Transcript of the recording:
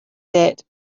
that